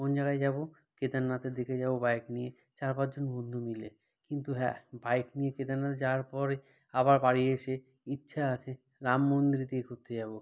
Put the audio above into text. কোন জায়গায় যাব কেদারনাথের দিকে যাব বাইক নিয়ে চার পাঁচ জন বন্ধু মিলে কিন্তু হ্যাঁ বাইক নিয়ে কেদারনাথ যাওয়ার পরে আবার বাড়ি এসে ইচ্ছা আছে রামমন্দিরের দিকে ঘুরতে যাব